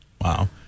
Wow